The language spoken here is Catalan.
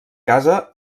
casa